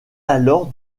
alors